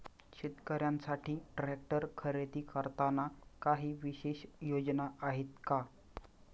शेतकऱ्यांसाठी ट्रॅक्टर खरेदी करताना काही विशेष योजना आहेत का?